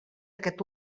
aquest